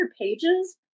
pages